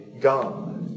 god